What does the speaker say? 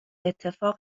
اتفاق